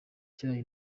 icyayi